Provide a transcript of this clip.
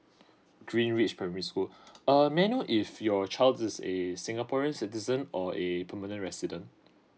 green ridge primary school uh may I know if your child is a singaporean citizen or a permanent resident